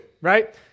right